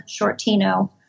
Shortino